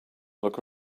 look